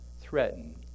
threaten